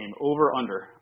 over-under